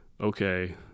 Okay